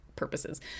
purposes